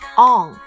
on